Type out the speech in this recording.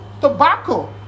tobacco